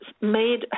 made